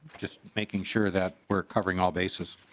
just making sure that we are covering all bases.